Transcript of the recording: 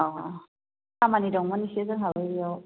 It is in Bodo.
अह खामानि दंमोन एसे जोंहाबो बेयाव